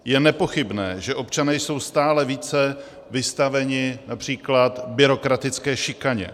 Je nepochybné, že občané jsou stále více vystaveni například byrokratické šikaně.